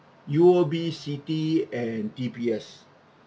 U_O_B citi and D_B_S